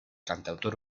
cantautor